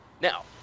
Now